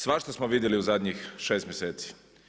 Svašta smo vidjeli u zadnjih 6 mjeseci.